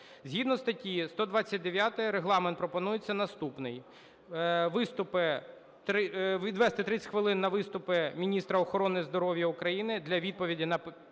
Згідно статті 129 регламент пропонується наступний: виступи - відвести 30 хвилин на виступ міністра охорони здоров'я України; для відповіді на